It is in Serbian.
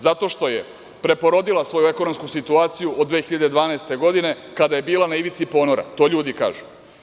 Zato što je preporodila svoju ekonomsku situaciju od 2012. godine, kada je bila na ivici ponora, to ljudi kažu.